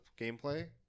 gameplay